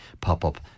pop-up